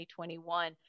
2021